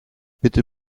bitte